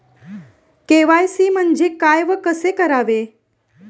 KYC म्हणजे काय व कसे करावे?